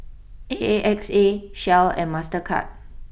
A A X A Shell and Mastercard